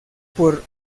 por